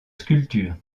sculpture